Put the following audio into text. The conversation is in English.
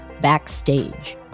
Backstage